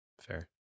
fair